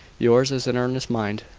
yours is an earnest mind,